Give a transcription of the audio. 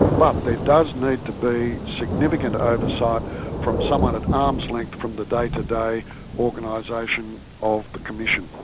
but there does need to be significant oversight from someone at arm's length from the day-to-day organisation of the commission.